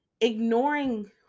ignoring